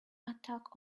attack